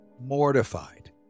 mortified